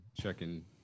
checking